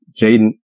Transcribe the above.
Jaden